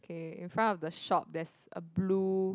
okay in front of the shop there's a blue